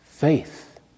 Faith